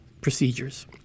procedures